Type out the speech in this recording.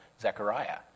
Zechariah